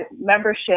membership